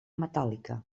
metàl·lica